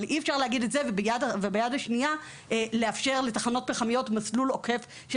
וביד השנייה לאפשר לתחנות פחמיות מסלול עוקף של